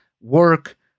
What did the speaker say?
work